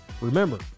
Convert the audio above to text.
Remember